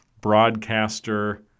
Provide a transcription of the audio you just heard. broadcaster